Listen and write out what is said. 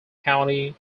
county